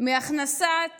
הכנסת